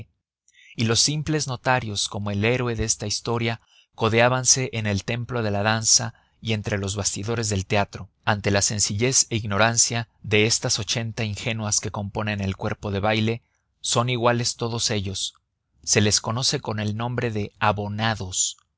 y los simples notarios como el héroe de esta historia codeábanse en el templo de la danza y entre los bastidores del teatro ante la sencillez e ignorancia de estas ochenta ingenuas que componen el cuerpo de baile son iguales todos ellos